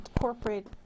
corporate